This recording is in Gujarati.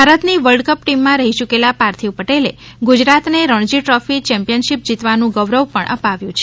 ભારતની વર્લ્ડ કપ ટીમમાં રહી ચૂકેલા પાર્થિવ પટેલે ગુજરાતને રણજી ટ્રોફી ચેમ્પિયન શિપ જીતવાનું ગૌરવ પણ અપાવ્યું છે